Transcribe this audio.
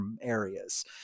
areas